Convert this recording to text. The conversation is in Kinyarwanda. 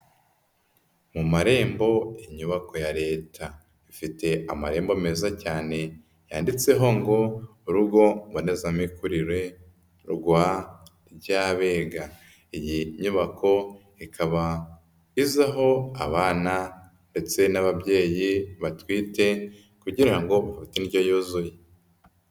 Mu marembo inyubako ya leta ifite amarembo meza cyane yanditseho ngo urugo mbonezamikurire rwa Ryabega. Iyi nyubako ikaba izaho abana ndetse n'ababyeyi batwite kugira ngo bafate indyo yuzuye.